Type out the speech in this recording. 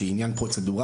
שהיא עניין פרוצדורלי.